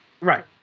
Right